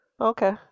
Okay